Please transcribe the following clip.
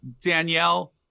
Danielle